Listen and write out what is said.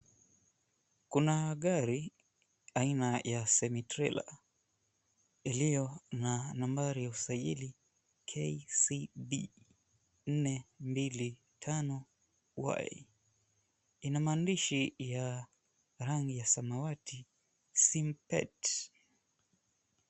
Kuna gari aina ya semi trela iliyo na nambari ya usajili KCD 425Y ina maandishi ya rangi ya samawati simpet.